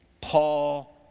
Paul